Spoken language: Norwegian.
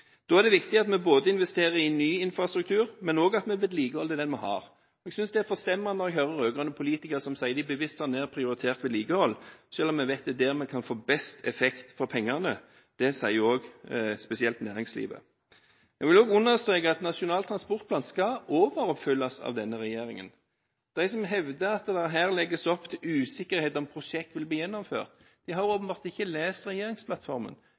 Da er det viktig at vi investerer i ny infrastruktur, men også at vi vedlikeholder den vi har. Jeg synes det er forstemmende når jeg hører rød-grønne politikere som sier at de bevisst har nedprioritert vedlikehold, selv om vi vet at det er der vi kan få best effekt for pengene. Det sier spesielt næringslivet. Jeg vil også understreke at Nasjonal transportplan skal overoppfylles av denne regjeringen. De som hevder at det legges opp til usikkerhet her om hvorvidt prosjekter vil bli gjennomført, har åpenbart ikke lest regjeringsplattformen.